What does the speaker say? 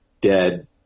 dead